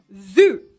zoo